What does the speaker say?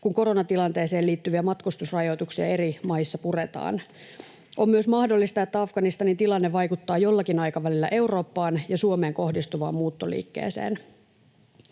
kun koronatilanteeseen liittyviä matkustusrajoituksia eri maissa puretaan. On myös mahdollista, että Afganistanin tilanne vaikuttaa jollakin aikavälillä Eurooppaan ja Suomeen kohdistuvaan muuttoliikkeeseen.